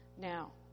Now